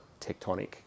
tectonic